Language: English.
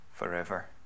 forever